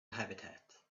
habitat